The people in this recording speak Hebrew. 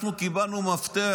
אנחנו קיבלנו מפתח